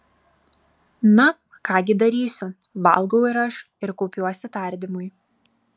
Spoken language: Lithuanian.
na ką gi darysiu valgau ir aš ir kaupiuosi tardymui